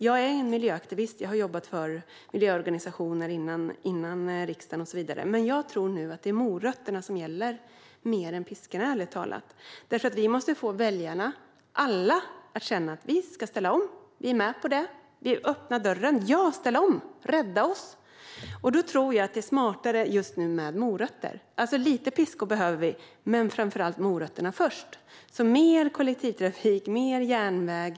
Jag är miljöaktivist och har jobbat för miljöorganisationer före riksdagen och så vidare, men i de tider vi lever i nu och inför valet tror jag ärligt talat att det är morötterna som gäller mer än piskorna. Vi måste få väljarna - alla - att känna: Vi ska ställa om, vi är med på det, vi öppnar dörren - ja, ställ om, rädda oss! Jag tror att det just nu är smartare med morötter. Vi behöver lite piskor, men framför allt morötter. Vi behöver mer kollektivtrafik och järnväg.